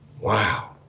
Wow